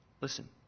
Listen